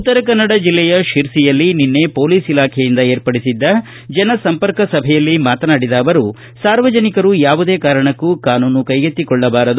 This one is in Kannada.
ಉತ್ತರಕನ್ನಡ ಜಿಲ್ಲೆಯ ಶಿರಸಿಯಲ್ಲಿ ನಿನ್ನೆ ಮೋಲಿಸ್ ಇಲಾಖೆಯಿಂದ ವಿರ್ಪಡಿಸಿದ್ದ ಜನ ಸಂಪರ್ಕ ಸಭೆಯಲ್ಲಿ ಮಾತನಾಡಿದ ಅವರು ಸಾರ್ವಜನಿಕರು ಯಾವುದೇ ಕಾರಣಕ್ಕೂ ಕಾನೂನು ಕೈಗೆತ್ತಿಕೊಳ್ಳಬಾರದು